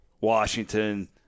Washington